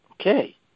Okay